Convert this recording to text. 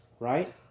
right